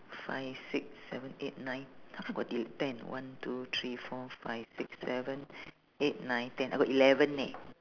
five six seven eight nine how come got ele~ ten one two three four five six seven eight nine ten I got eleven eh